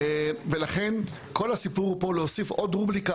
ולכן כל הסיפור פה להוסיף עוד רובריקה